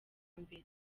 mbere